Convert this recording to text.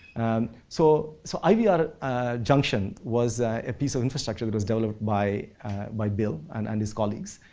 and so so, ivr junction was a piece of infrastructure that was developed by by bill and and his colleagues,